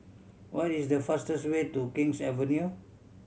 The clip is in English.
what is the fastest way to King's Avenue